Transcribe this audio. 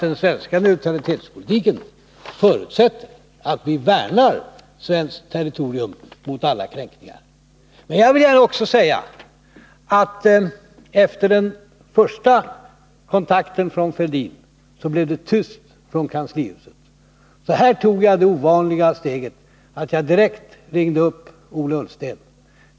Den svenska neutralitetspolitiken förutsätter ju att vi värnar svenskt territorium mot alla kränkningar. Men jag vill gärna också säga, att efter den första kontakten från Thorbjörn Fälldin, blev det tyst från kanslihuset. Här tog jag det ovanliga steget att jag direkt ringde upp Ola Ullsten.